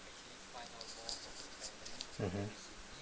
mmhmm